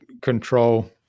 control